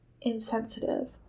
insensitive